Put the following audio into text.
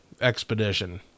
expedition